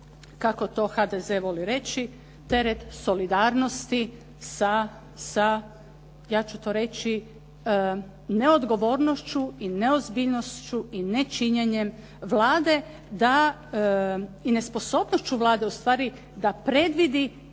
kako to HDZ voli reći teret solidarnosti sa ja ću to reći neodgovornošću i neozbiljnošću, i nečinjenjem Vlade da, i nesposobnošću Vlade ustvari da predvidi